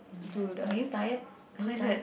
are you tired are you tired